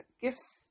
gifts